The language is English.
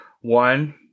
One